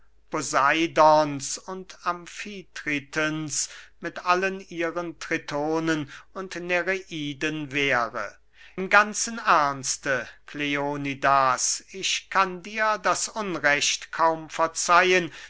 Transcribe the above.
und amfitritens mit allen ihren tritonen und nereiden wäre im ganzen ernste kleonidas ich kann dir das unrecht kaum verzeihen